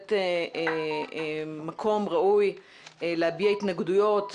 לתת מקום ראוי להביע התנגדויות,